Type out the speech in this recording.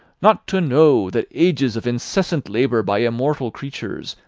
not to know, that ages of incessant labour by immortal creatures,